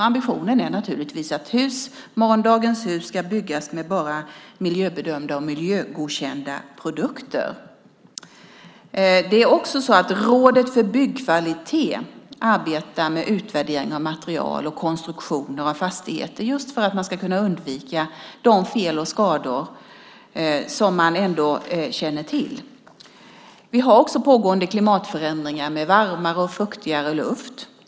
Ambitionen är naturligtvis att morgondagens hus ska byggas med bara miljöbedömda och miljögodkända produkter. Rådet för Byggkvalitet arbetar med utvärdering av material och konstruktioner av fastigheter just för att man ska kunna undvika de fel och skador som man ändå känner till. Vi har också pågående klimatförändringar med varmare och fuktigare luft.